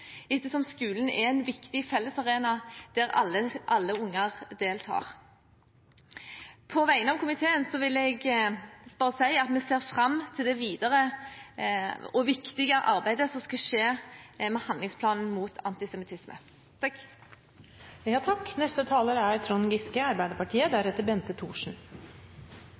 ettersom skolen er en viktig fellesarena der alle unger deltar. På vegne av komiteen vil jeg si at vi ser fram til det viktige videre arbeidet som skal skje med handlingsplanen mot antisemittisme. Det er